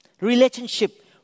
Relationship